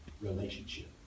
relationship